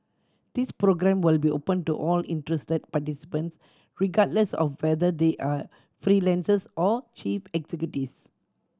this programme will be open to all interested participants regardless of whether they are freelancers or chief executives